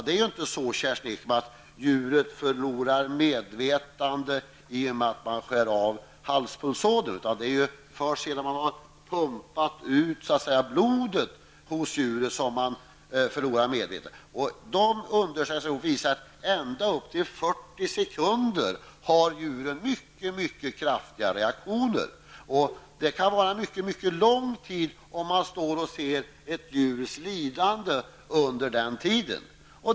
Det är inte så, Kerstin Ekman, att djuret förlorar medvetandet i och med att halspulsådern skärs av utan det är först sedan blodet har pumpats ut som djuret förlorar medvetandet. Undersökningar har visat att djur har kraftiga reaktioner ända upp till 40 sekunder efteråt. Det kan vara en mycket lång tid, om man ser ett djurs lidande under den tiden.